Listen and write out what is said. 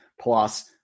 plus